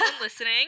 listening